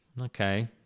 Okay